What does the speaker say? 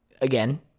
Again